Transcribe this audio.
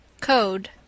Code